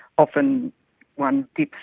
often one dips